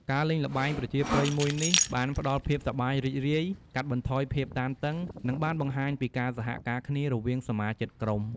ការលេងល្បែងប្រជាប្រិយមួយនេះ បានផ្ដល់ភាពសប្បាយរីករាយ កាត់បន្ថយភាពតានតឹង និងបានបង្ហាញពីការសហការគ្នារវាងសមាជិកក្រុម។